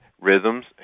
rhythms